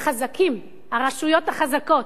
הרשויות החזקות.